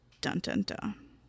Dun-dun-dun